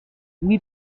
oui